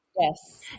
Yes